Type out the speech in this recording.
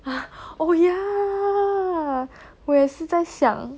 ah oh ya 我也是在想